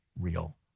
real